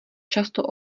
často